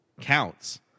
counts